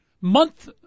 month